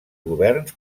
governs